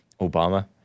Obama